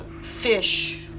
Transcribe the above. Fish